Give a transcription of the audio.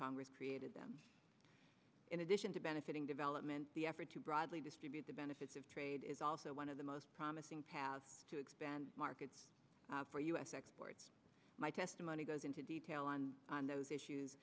congress created them in addition to benefiting development the effort to broadly distribute the benefits of trade is also one of the most promising paths to expand markets for u s exports my testimony goes into detail on those issues